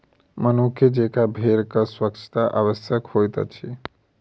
मनुखे जेंका भेड़क स्वच्छता आवश्यक होइत अछि